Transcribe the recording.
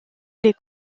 les